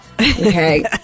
Okay